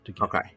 Okay